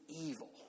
evil